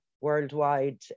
worldwide